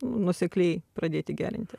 nuosekliai pradėti gerinti